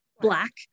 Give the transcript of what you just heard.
Black